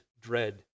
dread